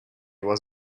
was